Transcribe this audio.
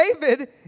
David